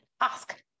ask